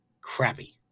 crappy